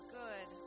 good